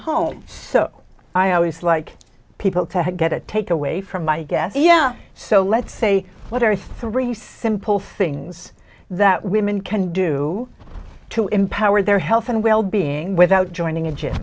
home so i always like people to get a takeaway from i guess yeah so let's say what are three simple things that women can do to empower their health and well being without joining a gym